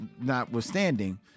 notwithstanding